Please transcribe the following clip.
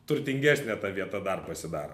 turtingesnė ta vieta dar pasidaro